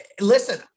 Listen